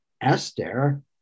Esther